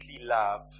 love